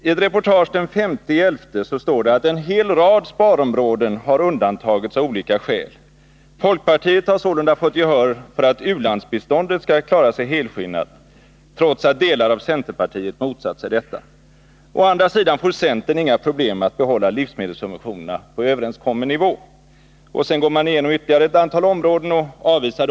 I ett reportage den 5 november heter det att en hel rad sparområden har undantagits av olika skäl. Folkpartiet har sålunda fått gehör för att u-landsbiståndet skall klara sig helskinnat undan, trots att delar av centerpartiet motsätter sig detta. Å andra sidan får centern inga problem att behålla livsmedelssubventionerna på överenskommen nivå. Man går också igenom ytterligare ett antal områden där sparåtgärder avvisas.